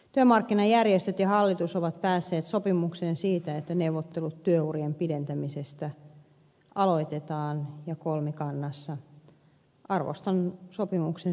työmarkkinajärjestöt ja hallitus ovat päässeet sopimukseen siitä että neuvottelut työurien pidentämisestä aloitetaan ja kolmikannassa arvostan sopimuksen syntymistä